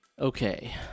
Okay